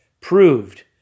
proved